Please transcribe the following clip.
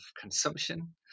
consumption